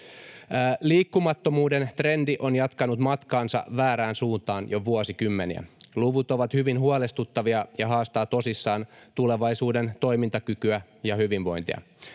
Liikkumattomuuden trendi on jatkanut matkaansa väärään suuntaan jo vuosikymmeniä. Luvut ovat hyvin huolestuttavia ja haastavat tosissaan tulevaisuuden toimintakykyä ja hyvinvointia.